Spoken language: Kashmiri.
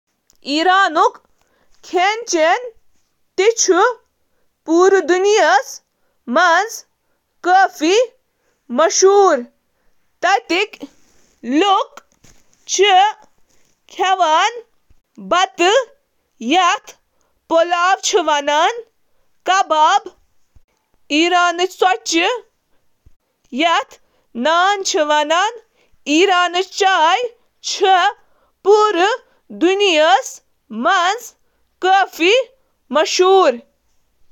ایرانی کھیٚنٕکۍ بٔڑۍ اہم حصہٕ یم عام طور پرٛیٚتھ کھیٚنس سۭتۍ کھیٚنہٕ چھ یوان تمن منٛز چھ توٚمُل، مختلف جڑی بوٹیہٕ، پنیر، مختلف قسمن ہٕنٛز ہموار روٹی، تہٕ کیٚنٛہہ قٕسمُک ماز عام طور پٲٹھۍ مرغی ہُنٛد بیف، لیمب یا گاڈٕ, شٲمل۔ توٚملَس پٮ۪ٹھ سٹوٗ چھُ وُنیُک تام ساروِی کھۄتہٕ زِیٛادٕ مشہوٗر ڈِش، تہٕ یِمَن ہُنٛد ٲییٖن چھُ علاقہٕ لحاظہٕ مُختٔلِ